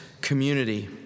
community